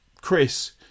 Chris